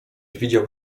widział